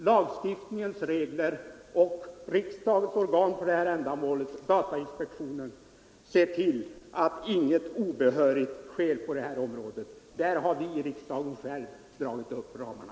Lagstiftningens regler och riksdagens organ för det ändamålet, datainspektionen, ser till att inget obehörigt sker — och vi i riksdagen har själva dragit upp ramarna.